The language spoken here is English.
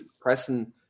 pressing